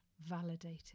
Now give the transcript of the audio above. validated